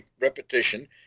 repetition